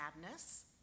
madness